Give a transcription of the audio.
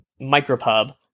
Micropub